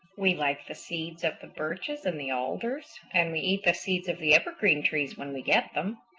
we like the seeds of the birches and the alders, and we eat the seeds of the evergreen trees when we get them.